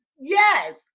Yes